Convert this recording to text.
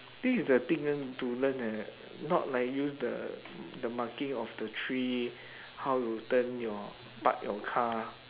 this is the thing ah need to learn ah not like use the the marking of the three how you turn your park your car